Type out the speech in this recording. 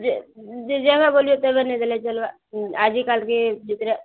ଯେ ଜାଗା ବୋଲି ଏତେ ବନେଇ ଦେଲେ ଚଳିବା ହୁଁ ଆଜିକାଲି ଭିତରେ